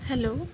hello